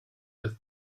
were